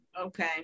Okay